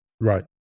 Right